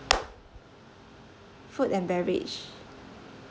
food and beverage